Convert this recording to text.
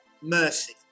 mercy